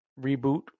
reboot